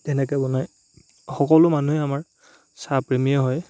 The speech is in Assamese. তেনেকৈ বনায় সকলো মানুহেই আমাৰ চাহ প্ৰেমীয়ে হয়